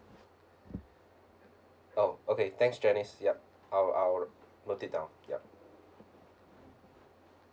oh okay thanks janice yup I'll I'll note it down yup